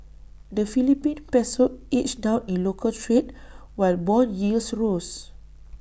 the Philippine Peso edged down in local trade while Bond yields rose